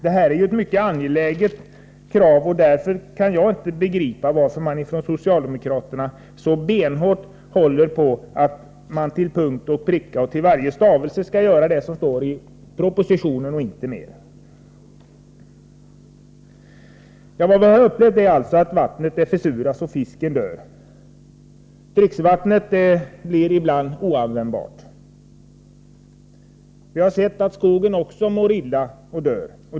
Men eftersom det kravet är mycket angeläget kan jag inte begripa varför socialdemokraterna så benhårt håller fast vid att till punkt och pricka göra det som står i propositionen och inget mer. Vad vi upplevt är att vattnet försuras och att fisken dör. Dricksvattnet blir ibland oanvändbart. Vi har sett att skogen mår illa och dör.